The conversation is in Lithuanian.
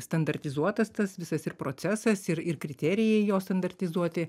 standartizuotas tas visas ir procesas ir ir kriterijai jo standartizuoti